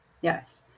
yes